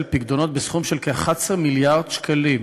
פיקדונות בסכום של כ-11 מיליארד שקלים